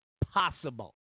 Possible